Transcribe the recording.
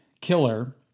killer